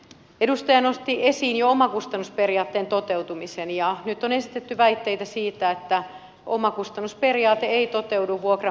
edustaja nosti esiin jo omakustannusperiaatteen toteutumisen ja nyt on esitetty väitteitä siitä että omakustannusperiaate ei toteudu vuokran määrittelyssä